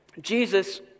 Jesus